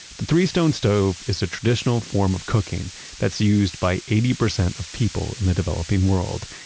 the three stone stove is a traditional form of cooking that's used by eighty percent of people in the developing world.